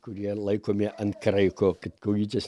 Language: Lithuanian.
kurie laikomi ant kraiko kad kojytes